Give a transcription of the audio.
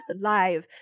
live